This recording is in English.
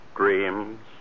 dreams